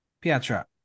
Pietra